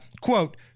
quote